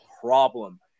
problem